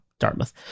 Dartmouth